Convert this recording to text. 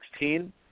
2016